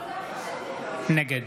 נגד